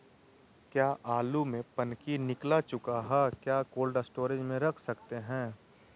क्या आलु में पनकी निकला चुका हा क्या कोल्ड स्टोरेज में रख सकते हैं?